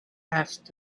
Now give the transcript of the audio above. asked